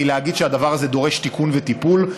מלהגיד שהדבר הזה דורש תיקון וטיפול,